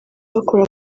bakora